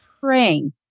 praying